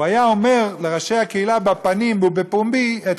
הוא היה אומר לראשי הקהילה בפנים ובפומבי את